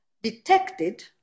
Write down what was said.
detected